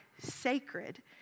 sacred